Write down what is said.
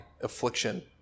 affliction